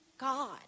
God